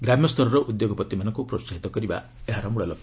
ଗ୍ରାମ୍ୟସ୍ତରର ଉଦ୍ୟୋଗପତିମାନଙ୍କୁ ପ୍ରୋହାହିତ କରିବା ଏହାର ମୂଳଲକ୍ଷ୍ୟ